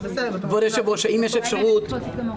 יציין המעסיק גם את מספרו,